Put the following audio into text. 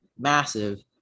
massive